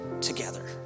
together